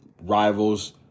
rivals